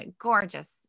gorgeous